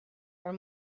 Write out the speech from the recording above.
are